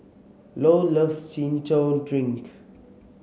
Lou loves Chin Chow Drink